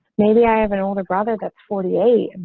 maybe i have an older brother that's forty eight